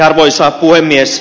arvoisa puhemies